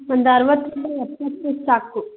ಒಂದು ಅರವತ್ತರಿಂದ ಎಪ್ಪತ್ತು ಕೆಜಿ ಸಾಕು